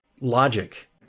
Logic